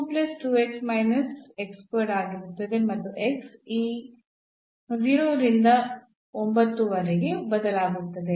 ಆದ್ದರಿಂದ ಆಗಿರುತ್ತದೆ ಮತ್ತು x ಈ 0 ರಿಂದ 9 ರವರೆಗೆ ಬದಲಾಗುತ್ತದೆ